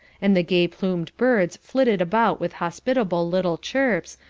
and the gay-plumed birds flitted about with hospitable little chirps,